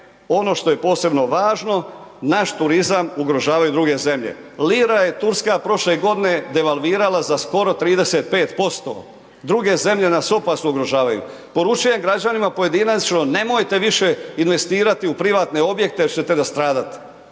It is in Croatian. ono što je posebno važno, naš turizam ugrožavaju druge zemlje. Lira je turska prošle godine devalvirala za skoro 35%, druge zemlje nas opasno ugrožavaju. Poručujem građanima pojedinačno, nemojte više investirati u privatne objekte jer ćete nastradat…/Upadica: